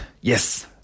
yes